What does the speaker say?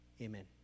Amen